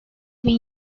bin